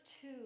two